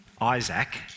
Isaac